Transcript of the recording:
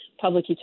Public